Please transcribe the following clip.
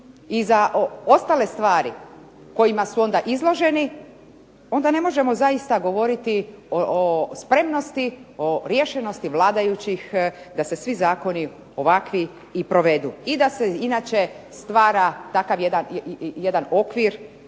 i za ostale stvari kojima su onda izloženi, onda ne možemo zaista govoriti o spremnosti, o riješenosti vladajućih da se svi zakoni ovakvi i provedu, i da se inače stvara takav jedan okvir,